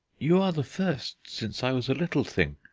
you are the first since i was a little thing,